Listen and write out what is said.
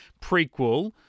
prequel